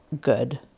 good